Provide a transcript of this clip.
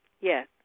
Yes